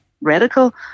radical